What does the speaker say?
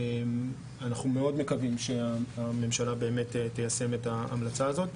אנחנו מאוד מקווים שהממשלה באמת תיישם את ההמלצה הזו.